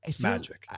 magic